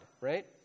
right